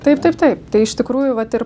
taip taip taip tai iš tikrųjų vat ir